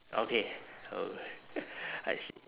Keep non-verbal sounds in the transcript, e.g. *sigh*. okay oh *laughs* I see